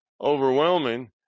overwhelming